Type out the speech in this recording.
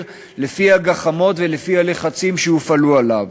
לפי הגחמות ולפי הלחצים שהופעלו עליו,